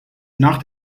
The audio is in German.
nach